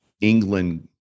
england